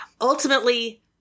Ultimately